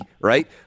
right